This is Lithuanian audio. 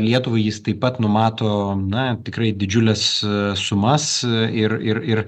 lietuvai jis taip pat numato na tikrai didžiules sumas ir ir ir